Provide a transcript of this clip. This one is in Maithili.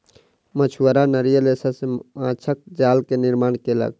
मछुआरा नारियल रेशा सॅ माँछक जाल के निर्माण केलक